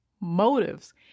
motives